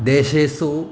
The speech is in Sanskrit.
देशेषु